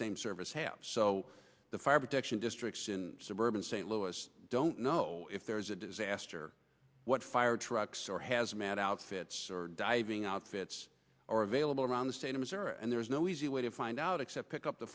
same service have so the fire protection districts in suburban st louis don't know if there's a disaster what fire trucks or hazmat outfits or diving outfits are available around the state of missouri and there's no easy way to find out except pick up the